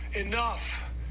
Enough